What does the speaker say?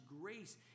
grace